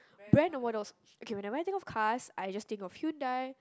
brand or models okay when I think of cars I just think of Hyundai